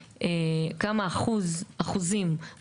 זה משהו שמפורסם, לא?